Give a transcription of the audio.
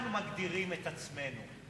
אנחנו מגדירים את עצמנו,